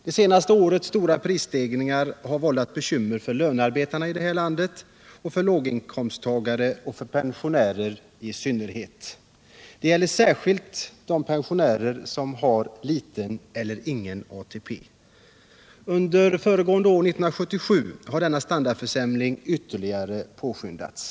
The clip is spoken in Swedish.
Det senaste årets stora prisstegringar har vållat bekymmer för lönearbetarna i landet och för låginkomsttagare och pensionärer i synnerhet. Det gäller särskilt de pensionärer som har liten eller ingen ATP. Under 1977 har denna standardförsämring ytterligare påskyndats.